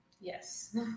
yes